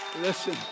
Listen